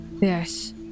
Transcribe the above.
Yes